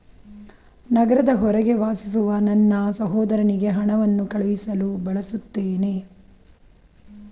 ನಗರದ ಹೊರಗೆ ವಾಸಿಸುವ ನನ್ನ ಸಹೋದರನಿಗೆ ಹಣವನ್ನು ಕಳುಹಿಸಲು ಬಯಸುತ್ತೇನೆ